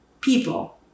people